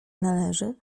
należy